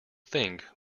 think